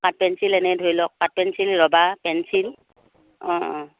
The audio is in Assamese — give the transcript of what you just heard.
কাঠ পেঞ্চিল এনেই ধৰি লওক কাঠ পেঞ্চিল ৰাবাৰ পেঞ্চিল অঁ অঁ